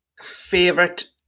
favorite